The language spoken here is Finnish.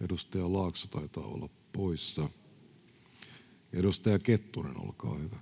Edustaja Laakso taitaa olla poissa. — Edustaja Kettunen, olkaa hyvä.